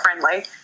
friendly